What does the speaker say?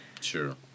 Sure